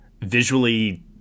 visually